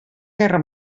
guerra